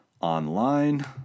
Online